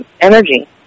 energy